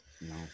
No